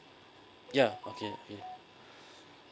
ya okay okay